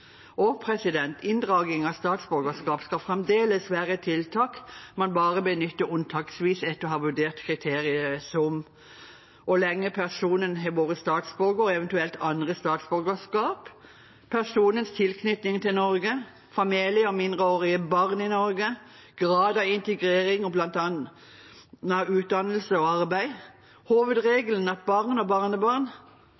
Inndraging av statsborgerskap skal fremdeles være et tiltak man benytter bare unntaksvis etter å ha vurdert kriterier som hvor lenge personen har vært statsborger, og eventuelt andre statsborgerskap personens tilknytning til Norge familie og mindreårige barn i Norge grad av integrering, bl.a. utdannelse og arbeid